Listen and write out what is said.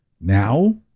Now